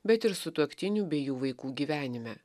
bet ir sutuoktinių bei jų vaikų gyvenime